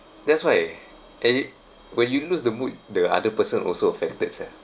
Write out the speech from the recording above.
that's why and if when you lose the mood the other person also affected ya